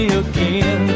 again